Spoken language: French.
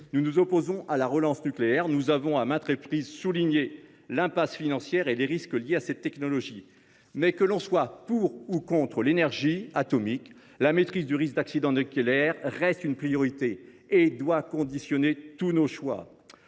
Nous nous opposons à la relance nucléaire. Nous avons à maintes reprises souligné l’impasse financière et les risques liés à cette technologie. Mais, que l’on soit pour ou contre l’énergie atomique, la maîtrise du risque d’accident nucléaire reste une priorité et doit conditionner tous nos choix.